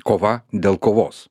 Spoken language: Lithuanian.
kova dėl kovos